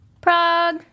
Prague